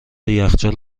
یخچال